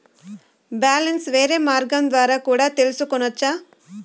Balance వేరే మార్గం ద్వారా కూడా తెలుసుకొనొచ్చా?